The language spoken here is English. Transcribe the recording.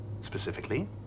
Specifically